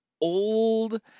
old